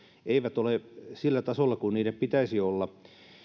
eivät ole sillä tasolla kuin niiden pitäisi olla